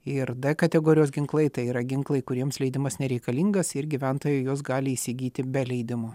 ir d kategorijos ginklai tai yra ginklai kuriems leidimas nereikalingas ir gyventojai juos gali įsigyti be leidimo